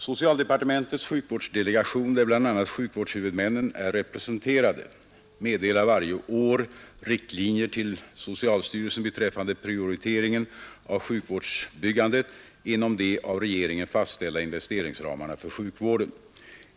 Socialdepartementets siukvärdsdelegation, där bl.a. sjukvårdshuvudmännen är representerade, meddelar varje år riktlinjer till socialstyrelsen beträffande prioriteringen av siukvårdsbyggandet inom de av regeringen fastställda investeringsramarna för sjukvården.